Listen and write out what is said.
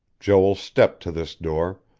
joel stepped to this door,